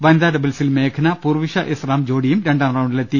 വനിതാ ഡബിൾസിൽ മേഘ്ന പൂർവിഷ എസ് റാം ജോഡിയും രണ്ടാം റൌണ്ടിലെത്തി